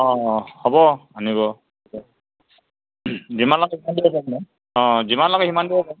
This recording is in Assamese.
অ' হ'ব আনিব অ' যিমান লাগে সিমান দিব পাৰিম